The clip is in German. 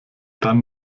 dann